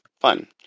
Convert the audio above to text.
fun